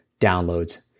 downloads